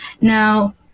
now